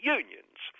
unions